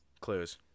Clues